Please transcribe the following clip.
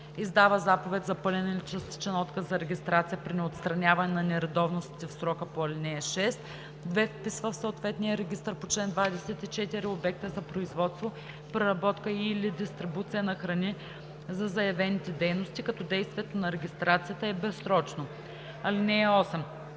издава заповед за пълен или частичен отказ за регистрация при неотстраняване на нередовностите в срока по ал. 6; 2. вписва в съответния регистър по чл. 24 обекта за производство, преработка и/или дистрибуция на храни за заявените дейности, като действието на регистрацията е безсрочно. (8)